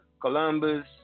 Columbus